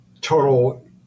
total